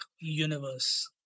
Universe